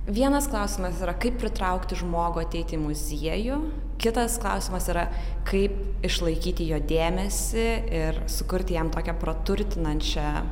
vienas klausimas yra kaip pritraukti žmogų ateit į muziejų kitas klausimas yra kaip išlaikyti jo dėmesį ir sukurti jam tokią praturtinančią